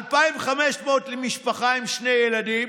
2,500, למשפחה עם שני ילדים